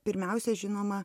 pirmiausia žinoma